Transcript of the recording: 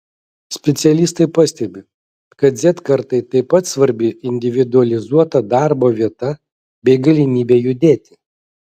specialistai pastebi kad z kartai taip pat svarbi individualizuota darbo vieta bei galimybė judėti